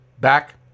Back